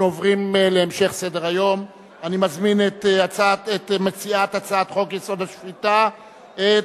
אני מזמין את מציע הצעת חוק-יסוד: השפיטה (תיקון,